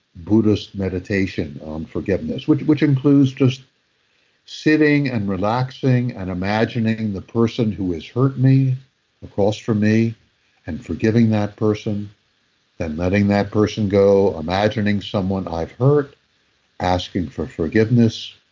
buddhist meditation on forgiveness, which which includes just sitting and relaxing and imagining the person who has hurt me across from me and forgiving that person and letting that person go. imaging someone i've hurt asking for forgiveness.